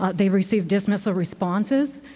ah they receive dismissive responses.